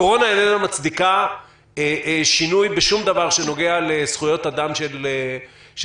הקורונה איננה מצדיקה שינוי בשום דבר שנוגע לזכויות אדם של אנשים,